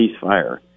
ceasefire